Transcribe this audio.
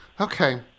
Okay